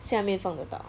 下面放的到 ah